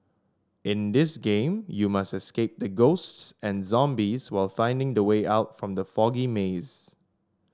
in this game you must escape the ghosts and zombies while finding the way out from the foggy maze